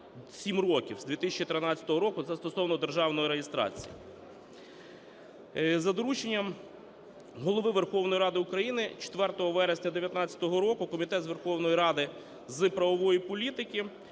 7 років, з 2013 року, це стосовно державної реєстрації. За дорученням Голови Верховної Ради України 4 вересня 19-го року Комітет Верховної Ради з правової політики